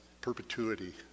perpetuity